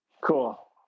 Cool